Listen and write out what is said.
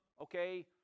okay